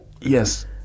Yes